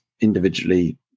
individually